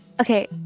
okay